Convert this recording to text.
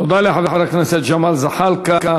תודה לחבר הכנסת ג'מאל זחאלקה.